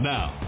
Now